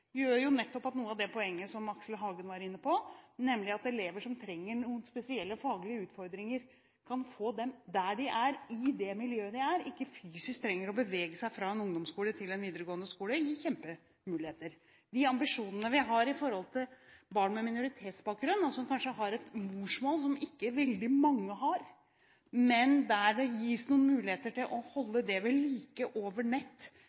gjør av ungdomstrinnet nå, måter å arbeide på, må nettopp dreie seg om å utvide horisonten for å ta i bruk mer IKT. Den måten vi nå legger opp til, f.eks. i matematikk, går nettopp på det poenget som Aksel Hagen var inne på – nemlig at elever som trenger noen spesielle faglige utfordringer, kan få dem der de er, i det miljøet de er, og ikke trenger å bevege seg fysisk fra en ungdomsskole til en videregående skole. Det gir kjempemuligheter. De ambisjonene vi har når det gjelder barn med